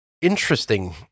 interesting